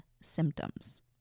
symptoms